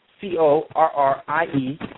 C-O-R-R-I-E